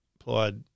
applied